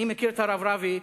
אני מכיר את הרב רביץ,